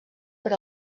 per